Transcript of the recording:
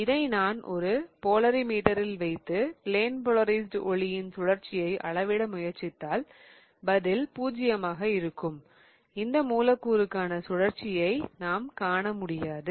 இதை நான் ஒரு போலரிமீட்டரில் வைத்து ப்ளென் போலரைஸ்ட் ஒளியின் சுழற்சியை அளவிட முயற்சித்தால் பதில் 0 ஆக இருக்கும் இந்த மூலக்கூறுக்கான சுழற்சியை நாம் காண முடியாது